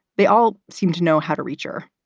they all seem to know how to reach her.